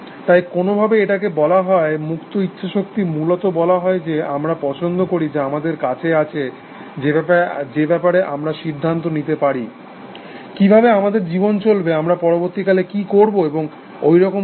তাই কোনভাবে এটাকে বলা হয় মুক্ত ইচ্ছা শক্তি মূলত বলা হয় যে আমরা পছন্দ করি যা আমাদের কাছে আছে যে ব্যাপারে আমরা সিদ্ধান্ত নিতে পারি কিভাবে আমাদের জীবন চলবে আমরা পরবর্তীকালে কি করব এবং ওই রকম কিছু